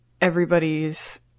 everybody's